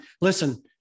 listen